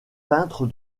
peintre